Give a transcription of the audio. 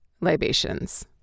libations